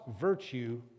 virtue